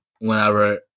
whenever